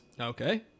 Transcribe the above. Okay